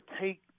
take